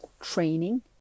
training